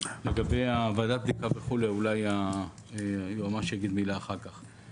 לגבי ועדת הבדיקה וכו' אולי היועמ"ש יגיד מילה אחר כך.